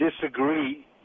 disagree